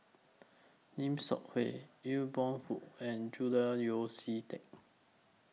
Lim Seok Hui Aw Boon Haw and Julian Yeo See Teck